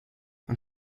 und